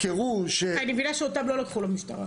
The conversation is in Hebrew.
-- אני מבינה שאותם לא לקחו למשטרה.